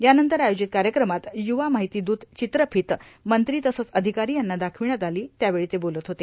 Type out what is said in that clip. यानंतर आयोजित कायक्रमात युवा मार्ाहती दूत र्चर्त्राफत मंत्री तसंच अधिकारो यांना दार्खावण्यात आलो त्यावेळी ते बोलत होते